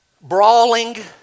brawling